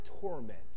torment